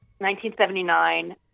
1979